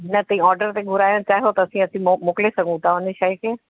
न तव्हीं ऑर्डर ते घुराइणु चाहियो त असीं असीं मो मोकिले सघूं था उन शइ खे